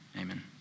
amen